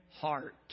heart